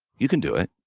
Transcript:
you can do it.